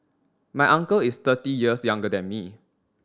my uncle is thirty years younger than me